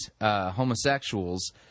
homosexuals